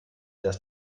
dass